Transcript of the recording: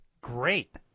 great